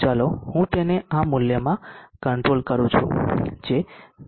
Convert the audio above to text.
ચાલો હું તેને આ મૂલ્યમાં કંટ્રોલ કરું છું જે 0